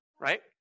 right